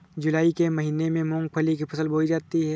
जूलाई के महीने में मूंगफली की फसल बोई जाती है